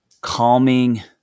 calming